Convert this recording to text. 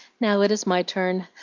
now it is my turn.